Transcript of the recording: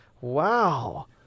wow